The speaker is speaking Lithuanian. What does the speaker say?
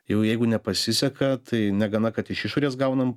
jeigu nepasiseka tai negana kad iš išorės gaunam